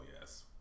yes